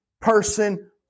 person